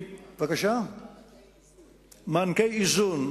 מענקי איזון.